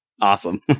awesome